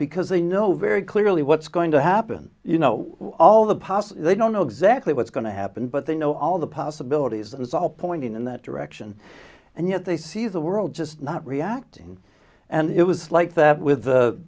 because they know very clearly what's going to happen you know all the past they don't know exactly what's going to happen but they know all the possibilities and it's all pointing in that direction and yet they see the world just not reacting and it was like that with the